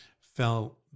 fell